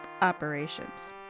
operations